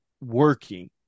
working